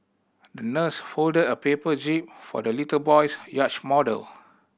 the nurse folded a paper jib for the little boy's yacht model